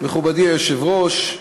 מכובדי היושב-ראש,